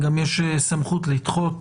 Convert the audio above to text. יש גם סמכות לדחות